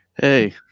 Hey